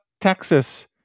Texas